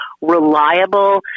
reliable